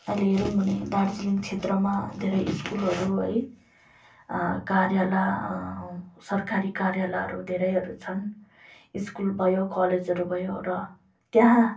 अहिले हेऱ्यौँ भने दार्जिलिङ क्षेत्रमा धेरै स्कुलहरू है कार्यालय सरकारी कार्यालयहरू धेरैहरू छन् स्कुल भयो कलेजहरू भयो र त्यहाँ